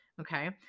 Okay